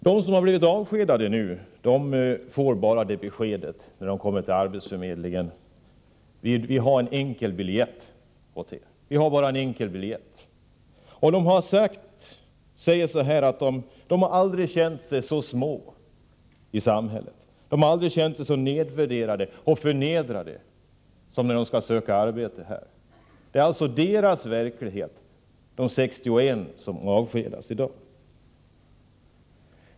De som nu blivit avskedade får bara ett besked när de kommer till arbetsförmedlingen: Vi har bara en enkelbiljett åt er. De har sagt att de aldrig har känt sig så små i samhället, de har aldrig känt sig så nedvärderade och förnedrade som när de skall söka arbete. Detta är alltså deras verklighet, de 61 som avskedas i dag.